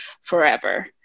forever